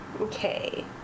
Okay